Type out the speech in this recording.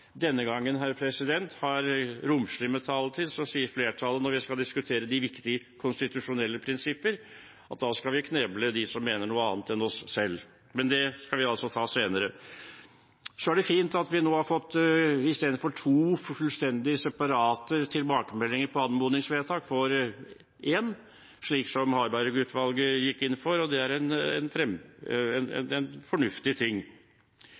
denne gangen har romslig med taletid, så sier flertallet når vi skal diskutere de viktige konstitusjonelle prinsipper, at da skal vi kneble dem som mener noe annet enn oss selv. Men det skal vi altså ta senere. Så er det fint at vi nå – istedenfor to fullstendig separate tilbakemeldinger på anmodningsvedtak – får én tilbakemelding, slik Harberg-utvalget gikk inn for. Det er en